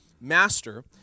master